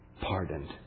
pardoned